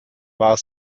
war